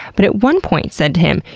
but at one point said to him,